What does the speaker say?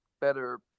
better